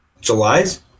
July's